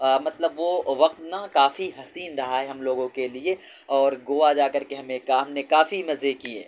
مطلب وہ وقت نا کافی حسین رہا ہے ہم لوگوں کے لیے اور گوا جا کر کے ہمیں کا ہم نے کافی مزے کیے